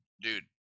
Dude